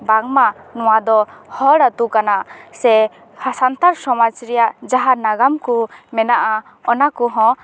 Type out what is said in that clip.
ᱵᱟᱝᱢᱟ ᱱᱚᱣᱟ ᱫᱚ ᱦᱚᱲ ᱟᱛᱳ ᱠᱟᱱᱟ ᱥᱮ ᱥᱟᱱᱛᱟᱲ ᱥᱚᱢᱟᱡᱽ ᱨᱮᱭᱟᱜ ᱡᱟᱦᱟᱸ ᱱᱟᱜᱟᱢ ᱠᱚ ᱢᱮᱱᱟᱜᱼᱟ ᱚᱱᱟ ᱠᱚᱦᱚᱸ